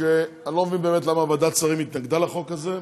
שאני לא מבין באמת למה ועדת שרים התנגדה לחוק הזה.